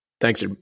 Thanks